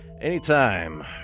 anytime